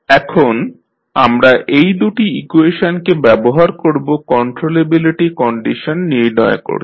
এখন আমরা এই দু'টি ইকুয়েশনকে ব্যবহার করব কন্ট্রোলেবিলিটি কন্ডিশন নির্ণয় করতে